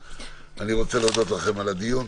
אני רוצה להודות לכם על הדיון.